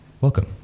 welcome